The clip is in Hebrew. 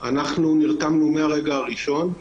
אנחנו נרתמנו מהרגע הראשון,